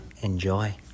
Enjoy